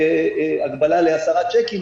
לא הגבלה ל-10 צ'קים,